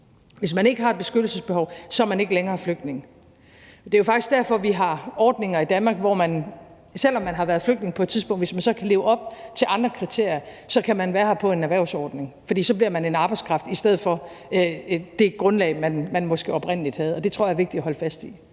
Hvis man ikke har et beskyttelsesbehov, er man ikke længere flygtning, og det er jo faktisk derfor, vi har ordninger i Danmark, hvor man, selv om man har været flygtning på et tidspunkt, kan være her på en erhvervsordning, hvis man kan leve op til andre kriterier, for så bliver man en arbejdskraft i stedet for flygtning, som var det grundlag, man måske oprindelig var her på, og det tror jeg er vigtigt at holde fast i.